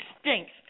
stinks